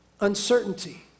uncertainty